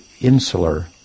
insular